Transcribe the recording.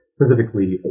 specifically